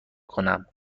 کنم